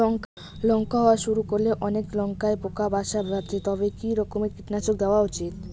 লঙ্কা হওয়া শুরু করলে অনেক লঙ্কায় পোকা বাসা বাঁধে তবে কি রকমের কীটনাশক দেওয়া উচিৎ?